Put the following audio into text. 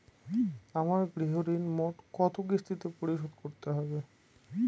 আমার গৃহঋণ মোট কত কিস্তিতে পরিশোধ করতে হবে?